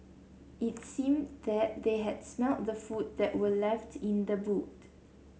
it seemed that they had smelt the food that were left in the boot